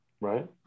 right